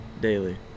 daily